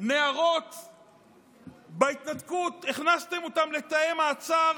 נערות בהתנתקות, הכנסתם אותן לתאי מעצר.